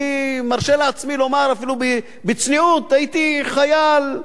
אני מרשה לעצמי לומר, אפילו בצניעות, הייתי חייל,